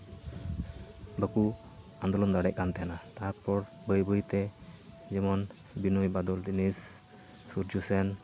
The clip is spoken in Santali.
ᱵᱟᱠᱚ ᱟᱱᱫᱳᱞᱚᱱ ᱠᱟᱱ ᱛᱟᱦᱮᱱᱟ ᱛᱟᱯᱚᱨ ᱵᱟᱹᱭ ᱵᱟᱹᱭ ᱛᱮ ᱡᱮᱢᱚᱱ ᱵᱤᱱᱚᱭ ᱵᱟᱫᱚᱞ ᱫᱤᱱᱮᱥ ᱥᱩᱨᱡᱚ ᱥᱮᱱ